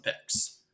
picks